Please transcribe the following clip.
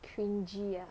cringes ah